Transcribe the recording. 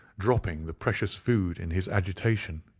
dropping the precious food in his agitation.